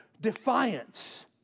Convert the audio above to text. defiance